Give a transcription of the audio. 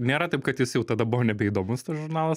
nėra taip kad jis jau tada buvo nebeįdomus tas žurnalas